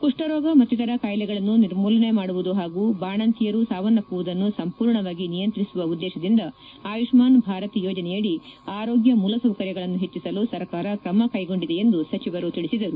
ಕುಪ್ಪರೋಗ ಮತ್ತಿತರ ಕಾಯಿಲೆಗಳನ್ನು ನಿರ್ಮೂಲನೆ ಮಾಡುವುದು ಹಾಗೂ ಬಾಣಂತಿಯರು ಸಾವನ್ನಪ್ಪುವುದನ್ನು ಸಂಪೂರ್ಣವಾಗಿ ನಿಯಂತ್ರಿಸುವ ಉದ್ದೇಶದಿಂದ ಆಯುಷ್ಸಾನ್ ಭಾರತ್ ಯೋಜನೆಯಡಿ ಆರೋಗ್ಯ ಮೂಲಸೌಕರ್ಯಗಳನ್ನು ಹೆಚ್ಚಸಲು ಸರ್ಕಾರ ಕ್ರಮ ಕೈಗೊಂಡಿದೆ ಎಂದು ಸಚಿವರು ತಿಳಿಸಿದರು